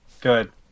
Good